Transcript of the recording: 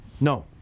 No